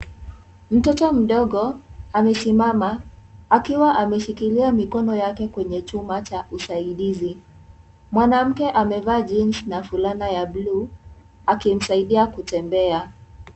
Mtoto mdogo amesimama akiwa ameshikilia mikono yake kwenye chuma cha usaidizi. Mwanamke amevaa jezi na fulana ya buluu akimsaidia kutembea.